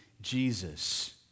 Jesus